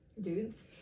dudes